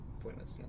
Pointless